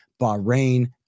Bahrain